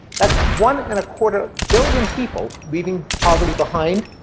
that's one and a quarter billion people leaving poverty behind,